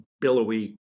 billowy